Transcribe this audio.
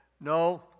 No